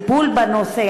בנושא,